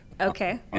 okay